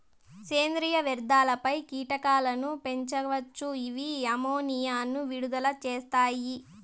సేంద్రీయ వ్యర్థాలపై కీటకాలను పెంచవచ్చు, ఇవి అమ్మోనియాను విడుదల చేస్తాయి